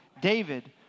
David